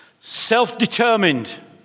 self-determined